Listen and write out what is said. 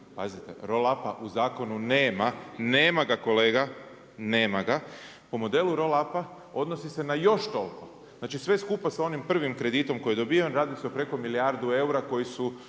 pazite, roll-up u zakonu nema, nema ga kolega, nema ga, po modelu roll-up, odnosi se na još toliko. Znači sve skupa sa onim prvim kreditom koji je dobiven, radi se preko milijardu eura koja su